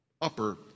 upper